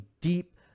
deep